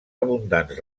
abundants